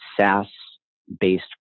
SaaS-based